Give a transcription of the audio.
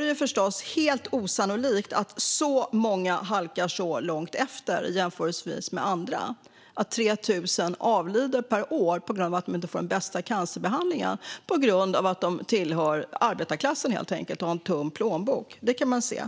Det är förstås helt osannolikt att så många halkar så långt efter i jämförelse med andra, att 3 000 avlider per år på grund av att de inte får den bästa cancerbehandlingen. Det beror helt enkelt på att de tillhör arbetarklassen och har en tunn plånbok. Det kan man se.